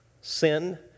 sin